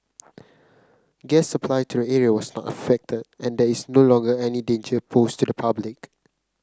gas supply to the area was not affected and there's no longer any danger posed to the public